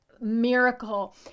miracle